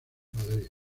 madrid